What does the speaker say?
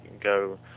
go